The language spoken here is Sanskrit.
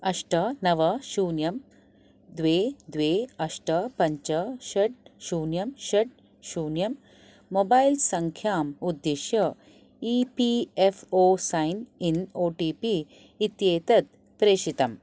अष्ट नव शून्यं द्वे द्वे अष्ट पञ्च षट् शून्यं षट् शून्यं मोबैल् सङ्ख्याम् उद्दिश्य E P F O sign in O T P इत्येतत् प्रेषितम्